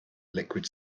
liquid